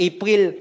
April